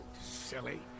silly